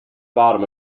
bottom